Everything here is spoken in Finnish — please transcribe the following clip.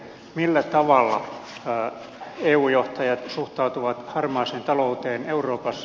millä tavalla eu johtajat suhtautuvat harmaaseen talouteen euroopassa